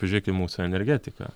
pažiūrėk į mūsų energetiką